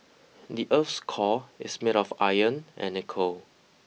the earth's core is made of iron and nickel